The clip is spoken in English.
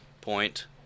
Point